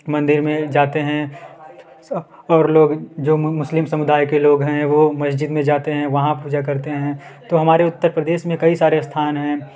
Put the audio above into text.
मंदिर में जाते हैं और लोग जो मुस्लिम समुदाय के लोग हैं वह मस्जिद में जाते हैं वहाँ पूजा करते हैं तो हमारे उत्तर प्रदेश में कई सारे स्थान हैं